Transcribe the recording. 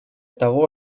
того